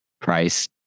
price